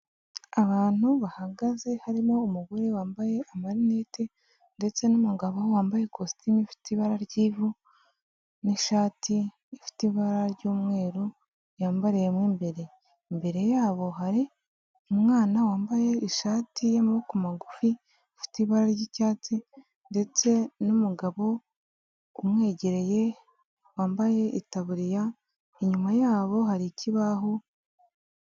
Abantu bahagaze harimo umugore wambaye amarinete ndetse n'umugabo wambaye ikositimu ifite ibara ry'ivu n'ishati ifite ibara ry'umweru yambariyemo imbere. Imbere yabo hari umwana wambaye ishati y'amaboko magufi ifite ibara ry'icyatsi ndetse n'umugabo umwegereye wambaye itaburiya inyuma yabo hari ikibaho...